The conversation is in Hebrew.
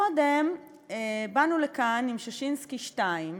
קודם, באנו לכאן עם ששינסקי 2,